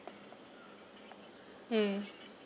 hmm